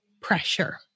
pressure